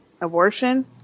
abortion